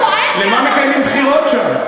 אבל אתה טוען שאתה דמוקרט, למה מקיימים בחירות שם?